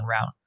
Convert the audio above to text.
route